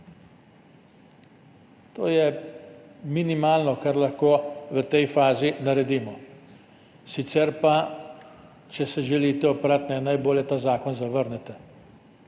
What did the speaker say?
To je minimalno, kar lahko v tej fazi naredimo. Sicer pa, če se želite oprati, je najbolje, da ta zakon zavrnete.